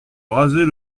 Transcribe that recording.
raser